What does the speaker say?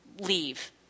leave